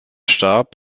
starb